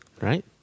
Right